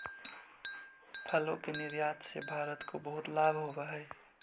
फलों के निर्यात से भारत को बहुत लाभ होवअ हई